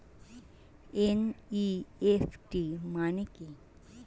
NEFT মানে কি?